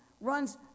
runs